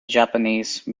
japanese